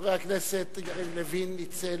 חבר הכנסת יריב לוין ניצל